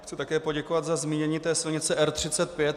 Chci také poděkovat za zmínění silnice R35.